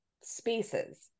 spaces